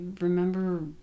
remember